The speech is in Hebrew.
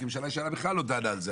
כי ממשלה ישנה בכלל לא דנה על זה.